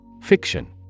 Fiction